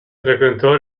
frequentò